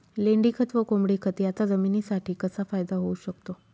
लेंडीखत व कोंबडीखत याचा जमिनीसाठी कसा फायदा होऊ शकतो?